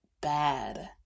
bad